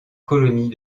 colonies